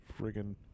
friggin